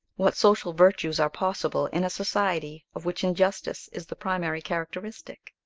what social virtues are possible in a society of which injustice is the primary characteristic?